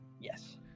Yes